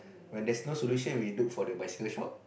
when there's no solution we look for the bicycle shop